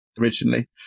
originally